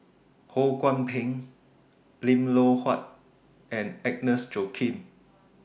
Ho Kwon Ping Lim Loh Huat and Agnes Joaquim